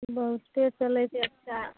बहुते चलय छै अच्छा